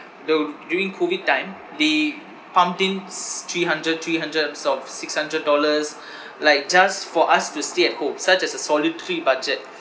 the during COVID time they pumped ins three hundred three hundreds of six hundred dollars like just for us to stay at home such as the solidarity budget